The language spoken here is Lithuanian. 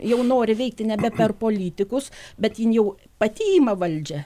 jau nori veikti nebe per politikus bet jin jau pati ima valdžią